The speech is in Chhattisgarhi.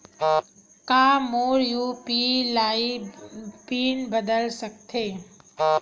का मोर यू.पी.आई पिन बदल सकथे?